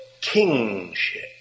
kingship